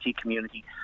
community